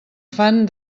fan